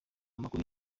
amakuru